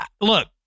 look